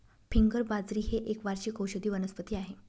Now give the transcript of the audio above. finger बाजरी ही एक वार्षिक औषधी वनस्पती आहे